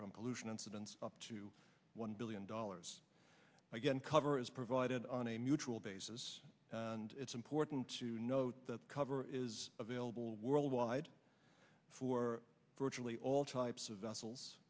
from pollution incidents up to one billion dollars again cover is provided on a mutual basis and it's important to note that cover is available worldwide for virtually all types of vessels